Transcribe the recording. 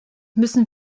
müssen